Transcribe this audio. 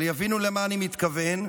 אבל יבינו למה אני מתכוון,